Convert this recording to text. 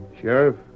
Sheriff